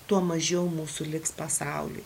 tuo mažiau mūsų liks pasauliui